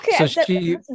okay